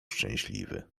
szczęśliwy